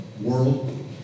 world